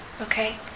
Okay